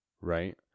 Right